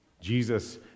Jesus